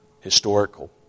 historical